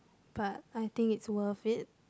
but I think is worth it